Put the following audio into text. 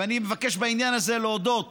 ואני מבקש בעניין הזה להודות